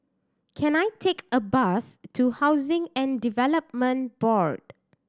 can I take a bus to Housing and Development Board